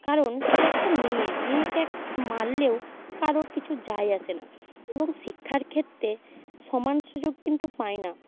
কারণ সে একটা মেয়ে মেয়েকে এক মারলেও কারোর কিছু যায় আসে না এবং শিক্ষার ক্ষেত্রে সমান সুযোগ কিন্তু পায় না